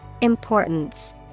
Importance